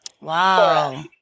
Wow